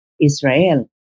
Israel